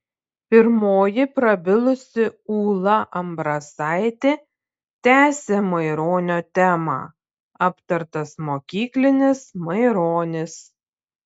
pirmoji prabilusi ūla ambrasaitė tęsė maironio temą aptartas mokyklinis maironis